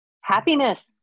happiness